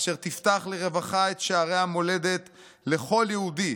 אשר תפתח לרווחה את שערי המולדת לכל יהודי